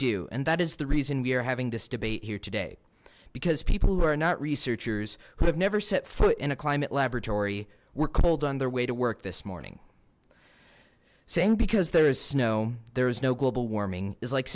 do and that is the reason we are having this debate here today because people who are not researchers who have never set foot in a climate laboratory were cold on their way to work this morning saying because there is snow there is no global warming is like